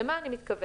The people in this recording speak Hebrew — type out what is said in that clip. למה אני מתכוונת?